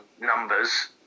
numbers